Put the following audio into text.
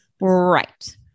right